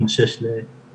כמו שיש ביסקסואלים,